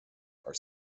are